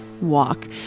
walk